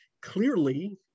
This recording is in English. Clearly